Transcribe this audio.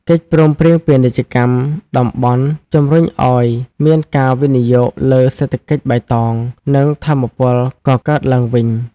កិច្ចព្រមព្រៀងពាណិជ្ជកម្មតំបន់ជំរុញឱ្យមានការវិនិយោគលើសេដ្ឋកិច្ចបៃតង និងថាមពលកកើតឡើងវិញ។